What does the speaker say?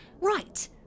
Right